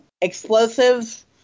explosives